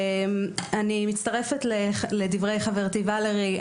אני מצטרפת לדברי חברתי ולרי,